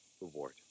reward